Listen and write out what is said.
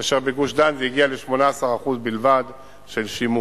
כאשר בגוש-דן זה הגיע ל-18% בלבד של שימוש.